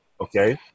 okay